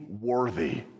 worthy